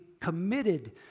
committed